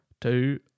Two